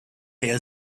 herr